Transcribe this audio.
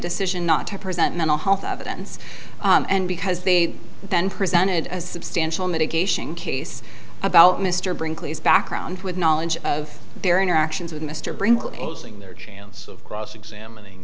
decision not to present mental health evidence and because they then presented a substantial mitigation case about mr brinkley's background with knowledge of their interactions with mr brinkley their chance of cross examining